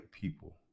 people